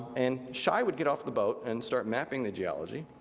and schei would get off the boat and start mapping the geology.